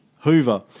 Hoover